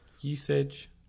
usage